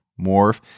morph